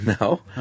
No